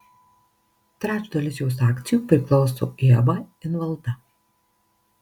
trečdalis jos akcijų priklauso iab invalda